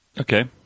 Okay